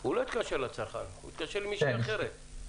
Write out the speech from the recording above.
הוא לא יתקשר לצרכן, הוא יתקשר למישהי אחרת.